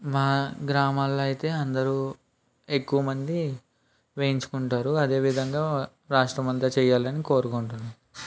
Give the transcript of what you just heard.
మా గ్రామాల్లో అయితే అందరు ఎక్కువ మంది వేయించుకుంటారు అదే విధంగా రాష్ట్రం అంతా చేయాలని కోరుకుంటున్నాను